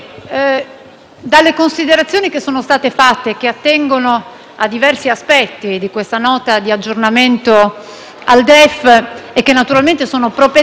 a diversi aspetti di questa Nota di aggiornamento al DEF e naturalmente sono propedeutiche alla successiva manovra di bilancio, che è quello che tutti ci